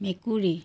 মেকুৰী